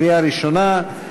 לקריאה ראשונה,